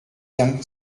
yang